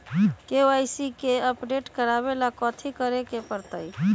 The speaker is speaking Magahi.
के.वाई.सी के अपडेट करवावेला कथि करें के परतई?